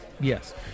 Yes